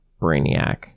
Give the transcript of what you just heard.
Brainiac